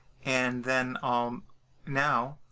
and then um now,